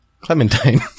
Clementine